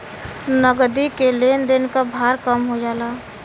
नगदी के लेन देन क भार कम हो जाला